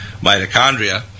mitochondria